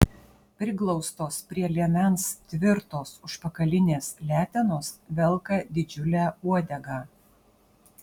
priglaustos prie liemens tvirtos užpakalinės letenos velka didžiulę uodegą